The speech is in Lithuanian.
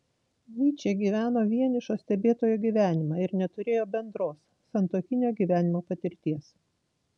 nyčė gyveno vienišo stebėtojo gyvenimą ir neturėjo bendros santuokinio gyvenimo patirties